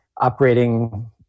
operating